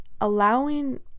allowing